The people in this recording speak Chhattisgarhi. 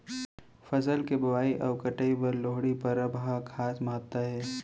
फसल के बोवई अउ कटई बर लोहड़ी परब ह खास महत्ता हे